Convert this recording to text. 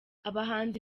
abahanzi